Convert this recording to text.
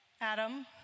Adam